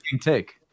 take